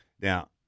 Now